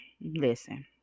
listen